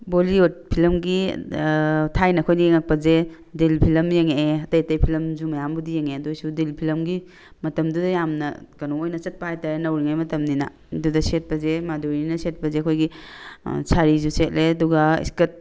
ꯕꯣꯂꯤꯋꯨꯠ ꯐꯤꯂꯝꯒꯤ ꯊꯥꯏꯅ ꯑꯩꯈꯣꯏꯅ ꯌꯦꯡꯉꯛꯄꯁꯦ ꯗꯤꯜ ꯐꯤꯂꯝ ꯌꯦꯡꯉꯛꯑꯦ ꯑꯇꯩ ꯑꯇꯩ ꯐꯤꯂꯝꯁꯨ ꯃꯌꯥꯝꯕꯨꯗꯤ ꯌꯦꯡꯉꯛꯑꯦ ꯑꯗꯨ ꯑꯣꯏꯔꯁꯨ ꯗꯤꯜ ꯐꯤꯂꯝꯒꯤ ꯃꯇꯝꯗꯨꯗ ꯌꯥꯝꯅ ꯀꯩꯅꯣ ꯑꯣꯏꯅ ꯆꯠꯄ ꯍꯥꯏꯇꯥꯔꯦ ꯅꯧꯔꯤꯉꯩ ꯃꯇꯝꯅꯤꯅ ꯑꯗꯨꯗ ꯁꯦꯠꯄꯁꯦ ꯃꯥꯗꯨꯔꯤꯅ ꯁꯦꯠꯄꯁꯦ ꯑꯩꯈꯣꯏꯒꯤ ꯁꯥꯔꯤꯁꯨ ꯁꯦꯠꯂꯦ ꯑꯗꯨꯒ ꯏꯁꯀꯔꯠ